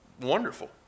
wonderful